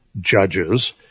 judges